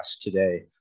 today